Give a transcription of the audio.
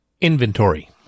Inventory